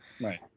right